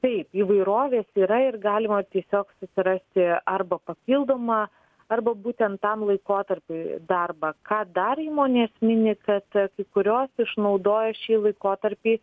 taip įvairovės yra ir galima tiesiog susirasti arba papildomą arba būtent tam laikotarpiui darbą ką dar įmonės mini kad kai kurios išnaudoja šį laikotarpį